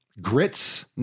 grits